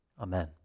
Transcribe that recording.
Amen